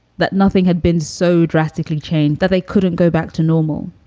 that nothing had been so drastically changed that they couldn't go back to normal?